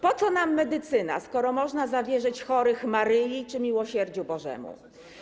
Po co nam medycyna, skoro można zawierzyć chorych Maryi czy miłosierdziu Bożemu?